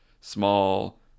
small